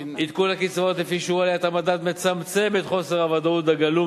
עדכון הקצבאות לפי שיעור עליית המדד מצמצם את חוסר הוודאות הגלום